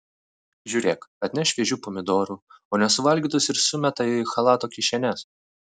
žiūrėk atneš šviežių pomidorų o nesuvalgytus ir sumeta į chalato kišenes